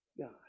God